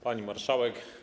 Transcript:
Pani Marszałek!